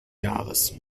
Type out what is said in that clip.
jahres